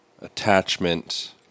attachment